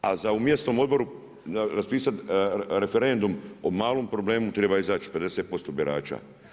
A u mjesnom odboru raspisati referendum o malom problemu treba izaći 50% birača.